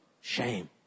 shame